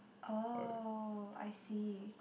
oh I see